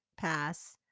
pass